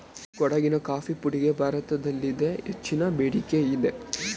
ಕೊಡಗಿನ ಕಾಫಿ ಪುಡಿಗೆ ಭಾರತದಲ್ಲಿದೆ ಹೆಚ್ಚಿನ ಬೇಡಿಕೆಯಿದೆ